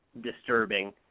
disturbing